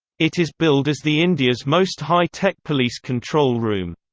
it is billed as the india's most hi-tech police control room.